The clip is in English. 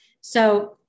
So-